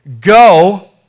go